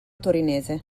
torinese